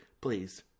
please